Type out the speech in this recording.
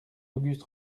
auguste